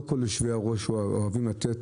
לא כל יושבי הראש אוהבים לתת,